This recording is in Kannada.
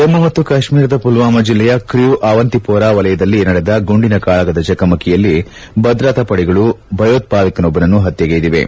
ಜಮ್ಮ ಮತ್ತು ಕಾತ್ಮೀರದ ಪುಲ್ವಾಮಾ ಜಲ್ಲೆಯ ಕ್ರೂ ಆವಂತಿಪೋರಾ ವಲಯದಲ್ಲಿ ನಡೆದ ಗುಂಡಿನ ಚಕಮಕಿಯಲ್ಲಿ ಭದ್ರತಾಪಡೆಗಳು ಭಯೋತ್ವಾದಕನೊಬ್ಬನನ್ನು ಹತ್ವೆಗೈದಿವೆ